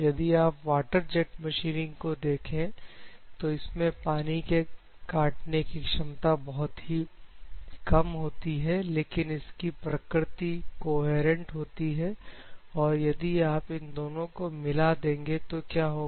यदि आप water jet machining को देखे तो इसमें पानी की काटने की क्षमता बहुत ही कम होती है लेकिन इसकी प्रकृति कोहेरेंट होती है तो यदि आप इन दोनों को मिला देंगे तो क्या होगा